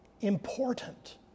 important